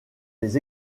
les